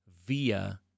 via